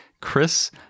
Chris